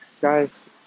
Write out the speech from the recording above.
guys